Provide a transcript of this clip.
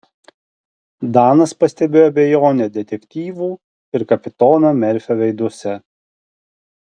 danas pastebėjo abejonę detektyvų ir kapitono merfio veiduose